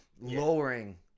lowering